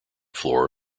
floor